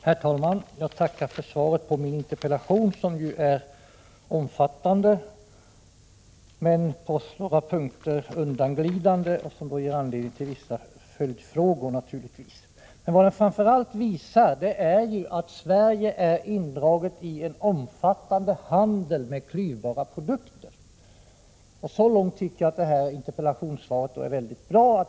Herr talman! Jag tackar för svaret på min interpellation. Svaret är omfattande men på några punkter undanglidande, och det ger naturligtvis anledning till vissa följdfrågor. Vad svaret framför allt visar är att Sverige är indraget i en omfattande handel med klyvbara produkter, och så långt tycker jag att detta interpellationssvar är mycket bra.